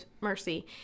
mercy